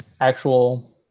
actual